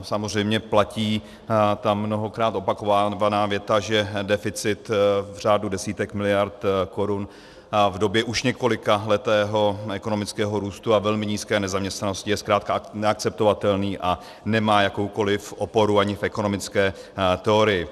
Samozřejmě platí ta mnohokrát opakovaná věta, že deficit v řádu desítek miliard korun v době už několikaletého ekonomického růstu a velmi nízké nezaměstnanosti je zkrátka neakceptovatelný a nemá jakoukoli oporu ani v ekonomické teorii.